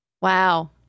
Wow